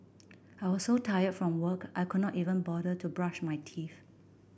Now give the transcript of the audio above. I was so tired from work I could not even bother to brush my teeth